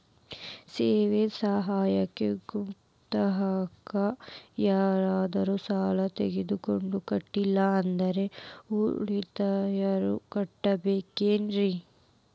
ಸ್ವ ಸಹಾಯ ಗುಂಪಿನ್ಯಾಗ ಯಾರಾದ್ರೂ ಸಾಲ ತಗೊಂಡು ಕಟ್ಟಿಲ್ಲ ಅಂದ್ರ ಉಳದೋರ್ ಕಟ್ಟಬೇಕೇನ್ರಿ?